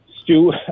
Stu